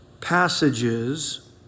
passages